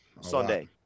Sunday